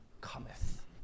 cometh